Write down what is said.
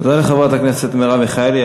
תודה לחברת הכנסת מרב מיכאלי.